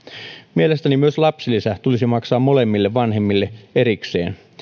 mielestäni myös lapsilisä tulisi maksaa molemmille vanhemmille erikseen